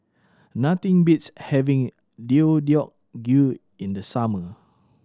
nothing beats having Deodeok Gui in the summer